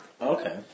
Okay